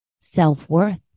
self-worth